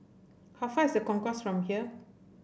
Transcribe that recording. how far is The Concourse from here